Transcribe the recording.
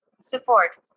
Support